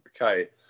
okay